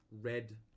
red